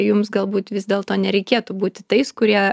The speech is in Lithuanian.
jums galbūt vis dėlto nereikėtų būti tais kurie